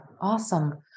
Awesome